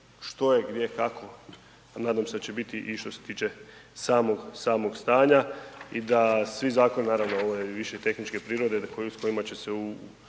što je gdje, kako a nadam se da će biti i što se tiče samog stanja i da svi zakoni, naravno, ovo je više tehničke prirode, s kojima će se